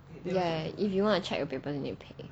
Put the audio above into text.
ya if you want to check your papers you need to pay